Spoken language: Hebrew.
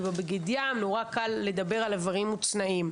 כי בבגד ים נורא קל לדבר על איברים מוצנעים,